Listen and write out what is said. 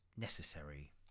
necessary